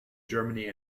germany